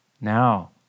now